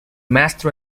master